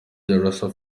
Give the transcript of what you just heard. darassa